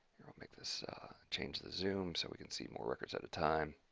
here i'll make this change the zoom so we can see more records at a time